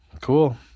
cool